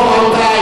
רבותי.